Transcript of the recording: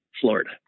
Florida